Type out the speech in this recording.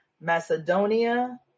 Macedonia